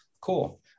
Cool